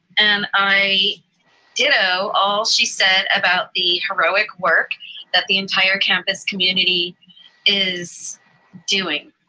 and i ditto all she said about the heroic work that the entire campus community is doing.